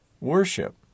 worship